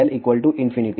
और ZL